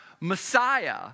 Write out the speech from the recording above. Messiah